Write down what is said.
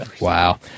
Wow